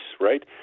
right